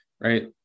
right